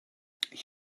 ich